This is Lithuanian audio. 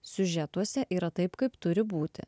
siužetuose yra taip kaip turi būti